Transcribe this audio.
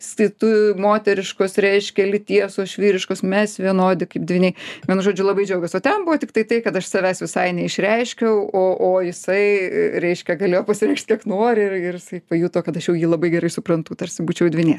si tu moteriškos reiškia lyties o aš vyriškos mes vienodi kaip dvyniai vienu žodžiu labai džiaugės o ten buvo tiktai tai kad aš savęs visai neišreiškiau o o jisai reiškia galėjo pasireikšt kiek nori ir ir jisai pajuto kad aš jau jį labai gerai suprantu tarsi būčiau dvynė